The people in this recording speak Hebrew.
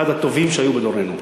אחד הטובים שהיו בדורנו.